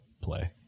play